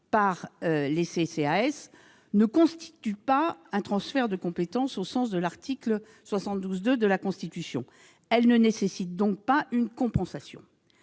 par les CCAS, ne constitue pas un transfert de compétences au sens de l'article 72 de la Constitution. Elle ne nécessite donc pas de compensation.